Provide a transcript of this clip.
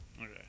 Okay